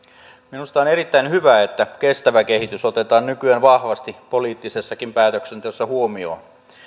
minusta on erittäin hyvä että kestävä kehitys otetaan nykyään vahvasti poliittisessakin päätöksenteossa huomioon tähän on